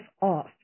off